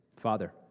Father